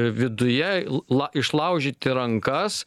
viduje l la išlaužyti rankas